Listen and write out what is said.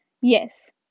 Yes